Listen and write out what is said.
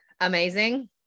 amazing